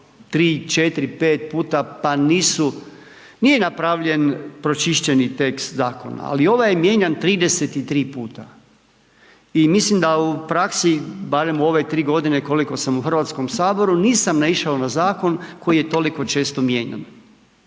3, 4, 5 puta, pa nisu, nije napravljen pročišćeni tekst zakona, ali ovaj je mijenjan 33 puta. I mislim da u praksi, barem u ove 3 g. koliko sam u Hrvatskom saboru, nisam naišao na zakon koji je toliko često mijenjan.